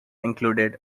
included